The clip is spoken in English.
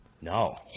No